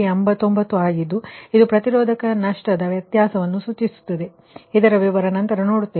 89 ಆಗಿದ್ದು ಇದು ಪ್ರತಿರೋಧಕ ನಷ್ಟ ದ ವ್ಯತ್ಯಾಸವನ್ನು ಸೂಚಿಸುತ್ತದೆ ಇದರ ವಿವರ ನಂತರ ನೋಡುತ್ತೇವೆ